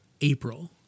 April